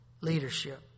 leadership